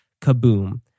kaboom